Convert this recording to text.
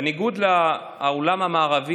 בניגוד לעולם המערבי,